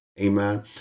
Amen